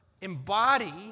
embody